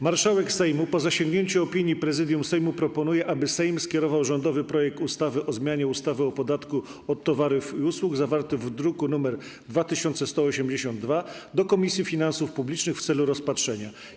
Marszałek Sejmu, po zasięgnięciu opinii Prezydium Sejmu, proponuje, aby Sejm skierował rządowy projekt ustawy o zmianie ustawy o podatku od towarów i usług, zawarty w druku nr 2182, do Komisji Finansów Publicznych w celu rozpatrzenia.